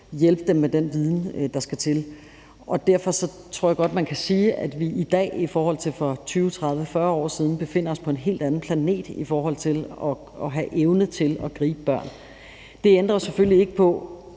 tæt på, med den viden, der skal til. Derfor tror jeg godt, man kan sige, at vi i dag i forhold til for 20-30-40 år siden befinder os på en helt anden planet i forhold til at have evnen til at gribe børn. Det ændrer jo selvfølgelig ikke på,